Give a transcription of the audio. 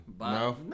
No